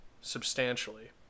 substantially